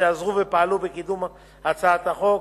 שעזרו ופעלו בקידום הצעת החוק.